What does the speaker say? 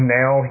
now